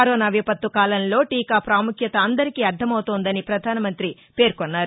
corona విపత్తు కాలంలో టీకా పాముఖ్యత అందరికీ అర్లమౌతోందని పధానమంతి పేర్సొన్నారు